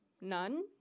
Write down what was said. None